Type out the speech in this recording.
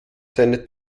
seine